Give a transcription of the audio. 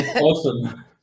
awesome